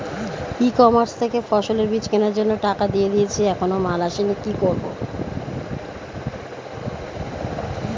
ই commerce থেকে ফসলের বীজ কেনার জন্য টাকা দিয়ে দিয়েছি এখনো মাল আসেনি কি করব?